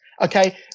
okay